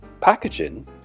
packaging